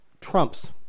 trumps